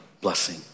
blessing